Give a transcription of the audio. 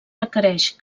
requereix